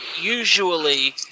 usually